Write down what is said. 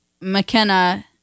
McKenna